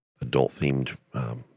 adult-themed